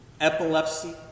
epilepsy